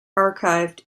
archived